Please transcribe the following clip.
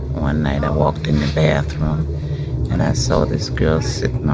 one night, i walked in the bathroom. and i saw this girl sitting